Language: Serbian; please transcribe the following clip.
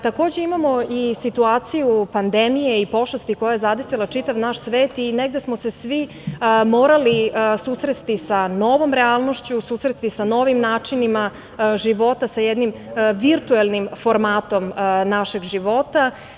Takođe imamo i situaciju pandemije i pošasti koja je zadesila čitav naš svet i negde smo se svi morali susresti sa novom realnošću, susresti sa novim načinima života, sa jednim virtuelnim formatom našeg života.